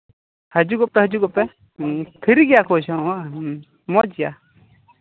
ᱦᱤᱡᱩᱜᱚᱜ ᱯᱮ ᱦᱤᱡᱩᱜᱚᱜ ᱯᱮ ᱦᱮᱸ ᱯᱷᱨᱤ ᱜᱮᱭᱟ ᱠᱳᱪ ᱦᱚᱸ ᱵᱟᱝ ᱢᱚᱡᱽ ᱜᱮᱭᱟ